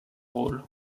rôles